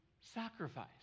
sacrifice